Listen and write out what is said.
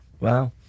Wow